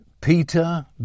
Peter